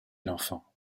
l’enfant